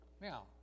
Now